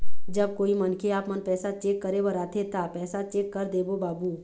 जब कोई मनखे आपमन पैसा चेक करे बर आथे ता पैसा चेक कर देबो बाबू?